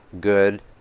good